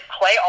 play